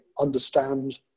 understand